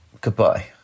Goodbye